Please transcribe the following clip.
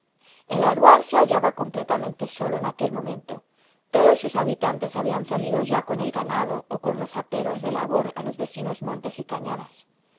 el aduar se hallaba completamente solo en aquel momento todos sus habitantes habían salido ya con el ganado o con los aperos de labor a los vecinos montes y cañadas